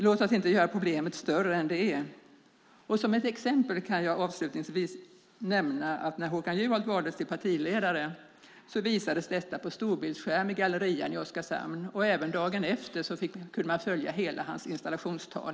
Låt oss inte göra problemet större än det är. Som ett exempel kan jag nämna att när Håkan Juholt valdes till partiledare visades det på storbildsskärm i Gallerian i Oskarshamn, och även dagen efter kunde man följa hela hans installationstal.